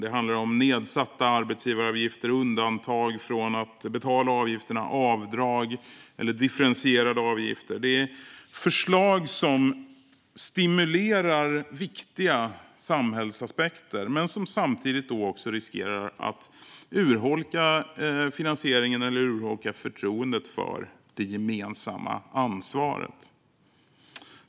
Det handlar om nedsatta arbetsgivaravgifter, undantag från att betala avgifterna, avdrag eller differentierade avgifter. Det här är förslag som stimulerar viktiga samhällsaspekter men som samtidigt riskerar att urholka finansieringen eller förtroendet för det gemensamma ansvaret.